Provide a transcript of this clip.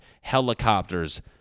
helicopters